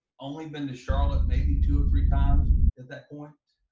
only been to charlotte, maybe two or three times at that point.